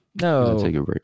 No